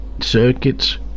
circuits